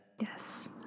Yes